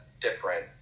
Different